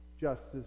justice